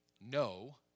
no